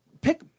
pick